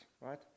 right